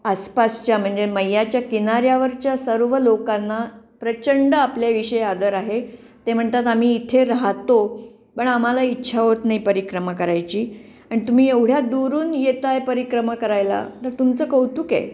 आसपासच्या म्हणजे मैयाच्या किनाऱ्यावरच्या सर्व लोकांना प्रचंड आपल्याविषयी आदर आहे ते म्हणतात आम्ही इथे राहतो पण आम्हाला इच्छा होत नाही परिक्रम करायची आणि तुम्ही एवढ्या दुरून येताय परिक्रम करायला तर तुमचं कौतुक आहे